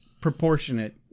proportionate